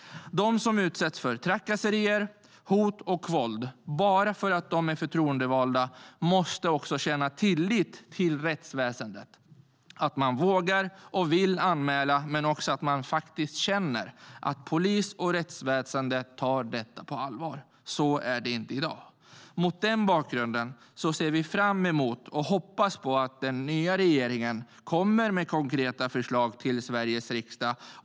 De som utsätts för trakasserier, hot och våld bara för att de är förtroendevalda måste känna tillit till rättsväsendet, så att de vågar och vill anmäla men också att de faktiskt känner att polis och rättsväsendet tar detta på allvar. Så är det inte i dag. Mot den bakgrunden ser vi fram emot och hoppas på att den nya regeringen lägger fram konkreta förslag till Sveriges riksdag.